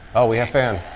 oh, we have fan.